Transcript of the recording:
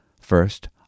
First